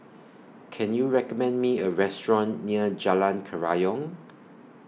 Can YOU recommend Me A Restaurant near Jalan Kerayong